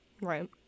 Right